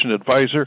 Advisor